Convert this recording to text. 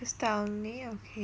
at the start only okay